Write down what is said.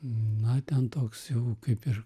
na ten toks jau kaip ir